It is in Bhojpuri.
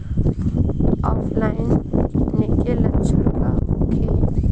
ऑफलाइनके लक्षण का होखे?